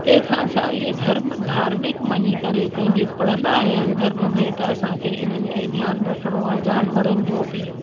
तंहिं खां सवाइ इहे धर्म धार्मिक मञी करे पढ़ंदा आया आहियूं पंहिंजे धर्म में त असां खे इन्हनि खे ध्यानु रखिणो आहे जानवरनि जो बि